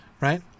right